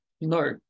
No